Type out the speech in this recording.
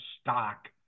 stock